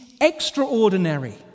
extraordinary